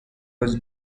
was